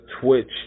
Twitch